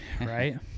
Right